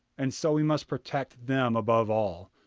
and so we must protect them above all,